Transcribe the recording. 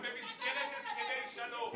גם במסגרת הסכמי שלום.